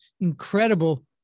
incredible